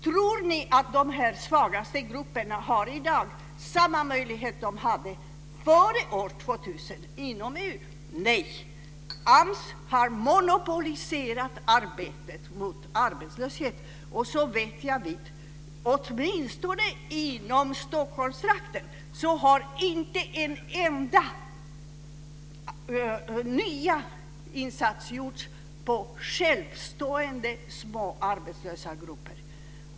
Tror ni att de svagaste grupperna i dag har samma möjlighet som före år 2000 inom EU? Nej! AMS har monopoliserat arbetet mot arbetslösheten, och såvitt jag vet har inte en enda ny insats gjorts i Stockholmstrakten av fristående grupper av arbetslösa.